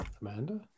Amanda